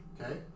okay